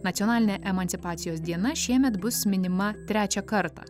nacionalinė emancipacijos diena šiemet bus minima trečią kartą